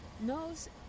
knows